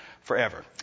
forever